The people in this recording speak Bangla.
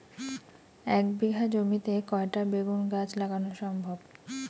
এক বিঘা জমিতে কয়টা বেগুন গাছ লাগানো সম্ভব?